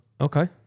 Okay